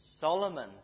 Solomon